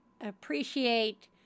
appreciate